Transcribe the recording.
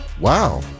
Wow